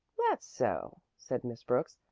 that's so, said miss brooks.